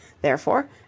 Therefore